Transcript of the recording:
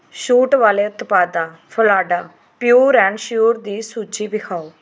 ਛੂਟ ਵਾਲੇ ਉਤਪਾਦਾ ਫਾਲਾਡਾ ਪਿਓਰ ਐਂਡ ਸ਼ਿਓਰ ਦੀ ਸੂਚੀ ਦਿਖਾਉ